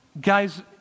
Guys